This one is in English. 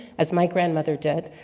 as my grandmother did,